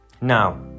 Now